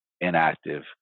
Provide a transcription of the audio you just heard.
inactive